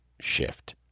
shift